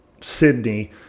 Sydney